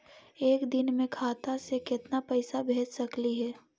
एक दिन में खाता से केतना पैसा भेज सकली हे?